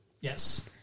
Yes